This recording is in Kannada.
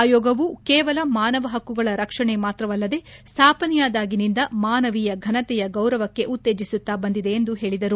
ಆಯೋಗವು ಕೇವಲ ಮಾನವ ಹಕ್ಕುಗಳ ರಕ್ಷಣೆ ಮಾತ್ರವಲ್ಲದೆ ಸ್ಥಾಪನೆಯಾದಾಗಿನಿಂದ ಮಾನವೀಯ ಘನತೆಯ ಗೌರವಕ್ಕೆ ಉತ್ತೇಜಿಸುತ್ತಾ ಬಂದಿದೆ ಎಂದು ಹೇಳಿದರು